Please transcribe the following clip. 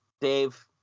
Dave